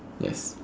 yes